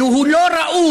כי הוא לא ראוי,